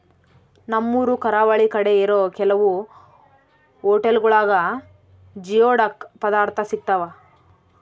ನಮ್ಮೂರು ಕರಾವಳಿ ಕಡೆ ಇರೋ ಕೆಲವು ಹೊಟೆಲ್ಗುಳಾಗ ಜಿಯೋಡಕ್ ಪದಾರ್ಥ ಸಿಗ್ತಾವ